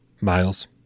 Miles